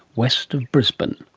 west of brisbane.